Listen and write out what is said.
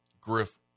Griff